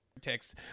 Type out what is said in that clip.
text